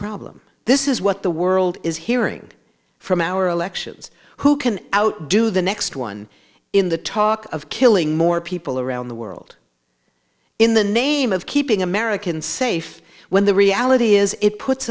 problem this is what the world is hearing from our elections who can outdo the next one in the talk of killing more people around the world in the name of keeping americans safe when the reality is it puts